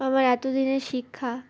আমার এত দিনের শিক্ষা